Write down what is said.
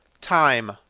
time